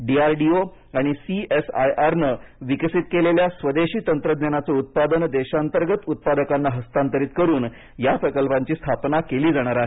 D R D O आणि C S I R ने विकसित केलेल्या स्वदेशी तंत्रज्ञानाचे उत्पादन देशातर्गत उत्पादकाना हस्तांतरित करून या प्रकल्पांची स्थापना केली जाणार आहे